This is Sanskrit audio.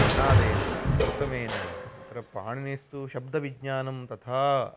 कणादेन गौतमेन तत्र पाणिनिस्तु शब्दविज्ञानं तथा